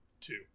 Two